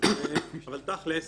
אבל תכלס,